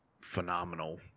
phenomenal